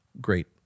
Great